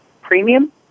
premium